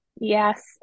yes